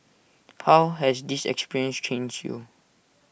how has this experience changed you